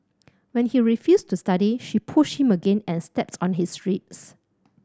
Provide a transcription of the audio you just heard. when he refused to study she pushed him again and stepped on his ribs